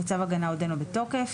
וצו ההגנה עודנו בתוקף,